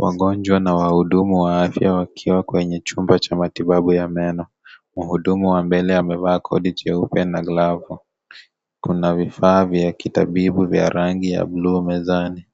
Wagonjwa na wahudumu wa afya wakiwa kwenye chumba cha matibabu ya meno. Mhudumu wa mbele amevaa koti jeupe na glovu. Kuna vifaa vya kitabibu vya rangi ya bluu mezani.